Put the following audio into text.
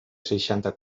seixanta